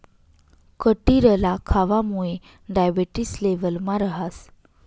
कटिरला खावामुये डायबेटिस लेवलमा रहास